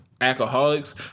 alcoholics